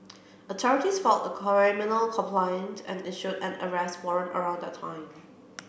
authorities filed a criminal complaint and issued an arrest warrant around that time